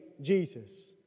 Jesus